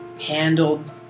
handled